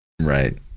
right